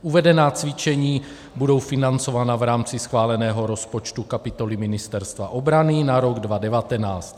Uvedená cvičení budou financována v rámci schváleného rozpočtu kapitoly Ministerstva obrany na rok 2019.